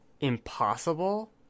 impossible